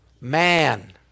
man